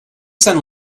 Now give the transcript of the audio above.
send